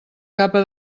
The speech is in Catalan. capa